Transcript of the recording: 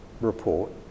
report